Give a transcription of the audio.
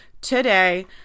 today